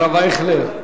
הרב אייכלר,